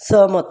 सअमत